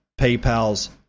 PayPal's